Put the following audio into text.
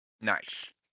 Nice